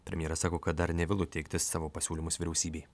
premjeras sako kad dar nevėlu teikti savo pasiūlymus vyriausybei